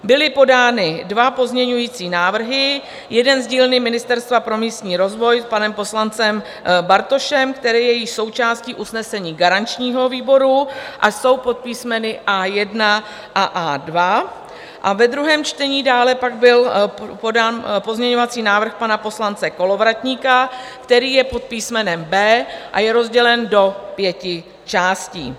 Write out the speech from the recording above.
Byly podány dva pozměňovací návrhy, jeden z dílny Ministerstva pro místní rozvoj s panem poslancem Bartošem, který je již součástí usnesení garančního výboru, a jsou pod písmeny A1 a A2, a ve druhém čtení dále pak byl podán pozměňovací návrh pana poslance Kolovratníka, který je pod písmenem B a je rozdělen do pěti částí.